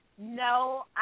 No